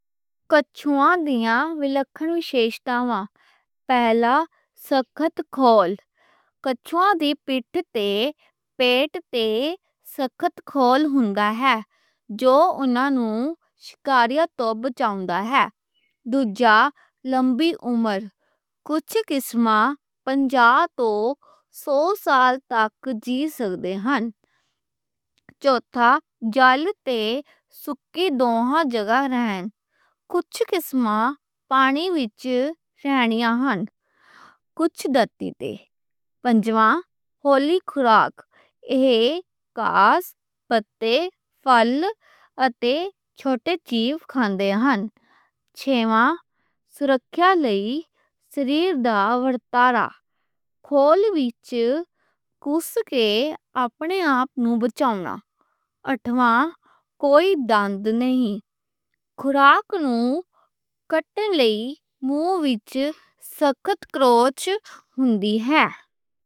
کچھواں دیاں وکھریاں خصوصیات، پہلا سخت کھول۔ کچھواں دی پٹھ تے، پیٹ تے سخت کھول ہے جو انہاں نوں شکاریوں توں بچاؤندا ہے۔ دوجا، لمبی عمر۔ کجھ قسمے پنجاہ توں سو سال جی سکدے نیں۔ چوتھا، جل اتے سوکھی دوہاں جگہ رہندے نیں۔ کجھ قسمے جل وچ رہندیاں نیں، کجھ ترتی تے۔ پنجواں، ہولی خوراک۔ ایہ گھاس، پتے، پھل تے چھوٹے جیواں کھاندے نیں۔ چھیمہ، سرکھیا لئی سریر دا ورتارا۔ کھول وچ گھس کے اپنے آپ نوں بچاؤنا۔ اٹھما، کجھ دانت نئیں۔ خوراک نوں کٹندے لئی منہ وچ سخت بیک ہوندی ہے۔